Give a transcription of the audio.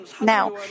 Now